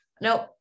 Nope